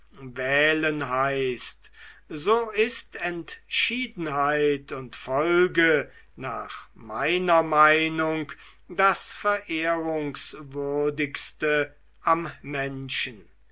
wählen heißt so ist entschiedenheit und folge nach meiner meinung das verehrungswürdigste am menschen